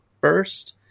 first